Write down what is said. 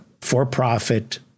for-profit